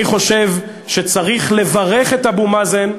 אני חושב שצריך לברך את אבו מאזן,